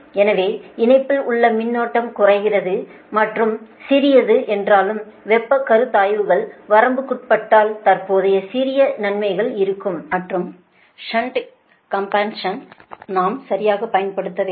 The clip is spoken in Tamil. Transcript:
எனவே இணைப்பில் உள்ள மின்னோட்டம் குறைவது சிறியது என்றாலும் வெப்பக் கருத்தாய்வுகள் வரம்புக்குட்பட்டால் தற்போதைய சிறிய நன்மைகள் கிடைக்கும் மற்றும் ஷுன்ட் காம்பென்சேஷன் நாம் சரியாகப் பயன்படுத்த வேண்டும்